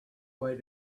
way